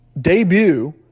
debut